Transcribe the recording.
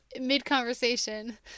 mid-conversation